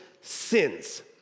sins